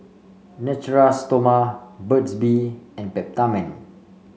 Natura Stoma Burt's Bee and Peptamen